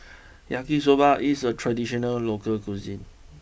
Yaki Soba is a traditional local cuisine